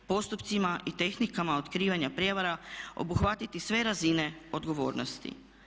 Postupcima i tehnikama otkrivanja prijevara obuhvatiti sve razine odgovornosti.